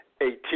Eighteen